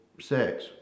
sex